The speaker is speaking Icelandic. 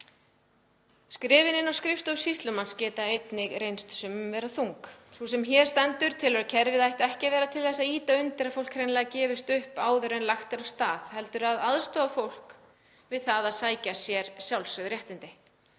Skrefin inn á skrifstofu sýslumanns geta einnig reynst sumum þung. Sú sem hér stendur telur að kerfið ætti ekki að vera til þess að ýta undir að fólk hreinlega gefist upp áður en lagt er af stað heldur að aðstoða fólk við það að sækja sér sjálfsögð réttindi.